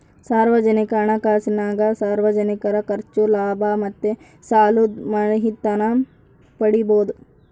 ಸಾರ್ವಜನಿಕ ಹಣಕಾಸಿನಾಗ ಸಾರ್ವಜನಿಕರ ಖರ್ಚು, ಲಾಭ ಮತ್ತೆ ಸಾಲುದ್ ಮಾಹಿತೀನ ಪಡೀಬೋದು